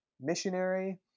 missionary